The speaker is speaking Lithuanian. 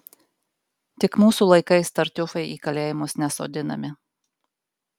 tik mūsų laikais tartiufai į kalėjimus nesodinami